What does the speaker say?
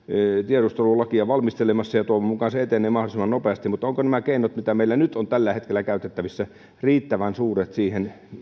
tiedustelulakia valmistelemassa ja toivon mukaan se etenee mahdollisimman nopeasti mutta ovatko nämä keinot mitä meillä nyt on tällä hetkellä käytettävissä riittävän suuret siihen